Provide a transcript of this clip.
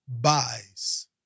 buys